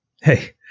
Hey